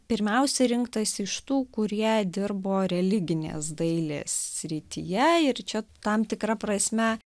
pirmiausia rinktasi iš tų kurie dirbo religinės dailės srityje ir čia tam tikra prasme